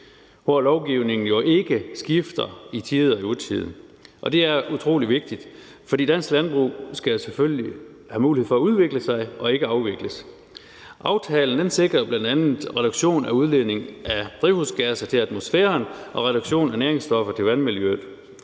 hvor lovgivningen ikke skifter i tide og utide, og det er utrolig vigtigt. For dansk landbrug skal selvfølgelig have mulighed for at udvikle sig og skal ikke afvikles. Aftalen sikrer jo bl.a. en reduktion af udledningen af drivhusgasser til atmosfæren og en reduktion af næringsstoffer til vandmiljøet.